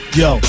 yo